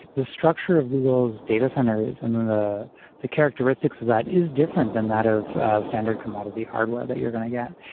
the structure of google's data center and the the characteristics of that is different than that of a standard commodity hardware that you're going to get.